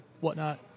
whatnot